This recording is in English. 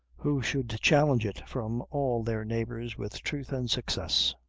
who should challenge it from all their neighbors with truth and success.